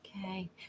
Okay